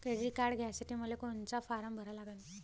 Credit card घ्यासाठी मले कोनचा फारम भरा लागन?